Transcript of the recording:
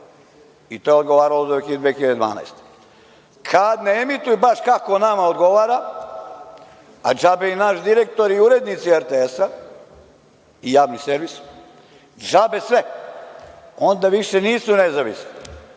To je odgovaralo do 2012. godine. Kad ne emituju onako kako nama odgovara, a džabe im naš direktor i urednici RTS-a i Javni servis, džabe sve, onda više nisu nezavisni.